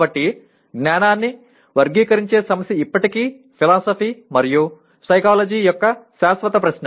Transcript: కాబట్టి జ్ఞానాన్ని వర్గీకరించే సమస్య ఇప్పటికీ ఫిలాసఫీ మరియు సైకాలజీ యొక్క శాశ్వత ప్రశ్న